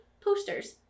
posters